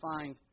find